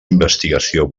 investigació